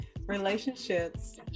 relationships